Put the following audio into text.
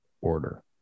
order